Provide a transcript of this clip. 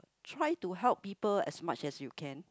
try to help people as much as you can